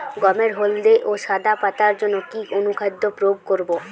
গমের হলদে ও সাদা পাতার জন্য কি অনুখাদ্য প্রয়োগ করব?